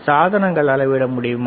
சாதனங்களை அளவிட முடியுமா